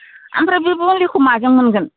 ओमफ्राय बे मुलिखौ माजों मोनगोन